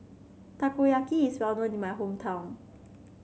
Takoyaki is well known in my hometown